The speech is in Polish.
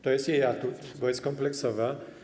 To jest jej atut, jest kompleksowa.